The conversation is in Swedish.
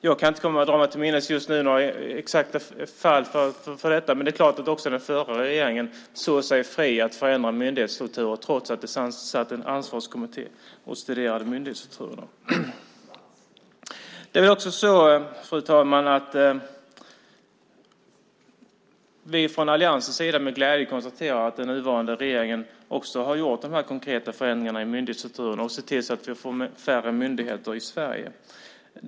Jag kan inte dra mig till minnes just nu några exakta fall för detta, men det är klart att också den förra regeringen såg sig fri att förändra myndighetsstrukturer trots att det satt en ansvarskommitté och studerade myndighetsstrukturerna. Fru talman! Vi från alliansens sida konstaterar med glädje att den nuvarande regeringen också har gjort de konkreta förändringarna i myndighetsstrukturerna och ser till att vi får färre myndigheter i Sverige.